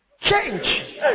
change